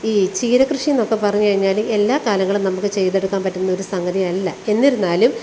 ഈ ചീരക്കൃഷി എന്നൊക്കെ പറഞ്ഞു കഴിഞ്ഞാൽ എല്ലാ കാലങ്ങളും നമുക്ക് ചെയ്തെടുക്കാൻ പറ്റുന്ന ഒരു സംഗതിയല്ല എന്നിരുന്നാലും